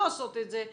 לא עושות את זה,